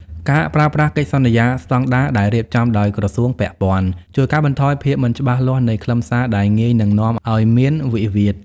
ការប្រើប្រាស់ "កិច្ចសន្យាស្ដង់ដារ" ដែលរៀបចំដោយក្រសួងពាក់ព័ន្ធ ជួយកាត់បន្ថយភាពមិនច្បាស់លាស់នៃខ្លឹមសារដែលងាយនឹងនាំឱ្យមានវិវាទ។